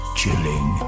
chilling